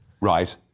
Right